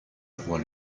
roi